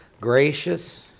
Gracious